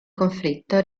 conflitto